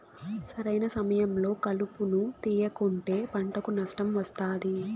సరైన సమయంలో కలుపును తేయకుంటే పంటకు నష్టం వస్తాది